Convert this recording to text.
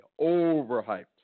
overhyped